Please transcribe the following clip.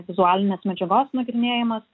vizualinės medžiagos nagrinėjimas